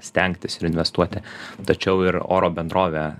stengtis ir investuoti tačiau ir oro bendrovę